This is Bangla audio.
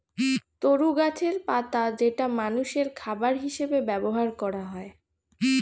তরু গাছের পাতা যেটা মানুষের খাবার হিসেবে ব্যবহার করা হয়